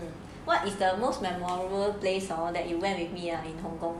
what is the most memorable place or that you went with me ah in hong-kong